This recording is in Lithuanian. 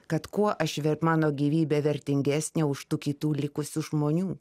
kad kuo aš mano gyvybė vertingesnė už tų kitų likusių žmonių